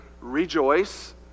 rejoice